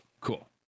cool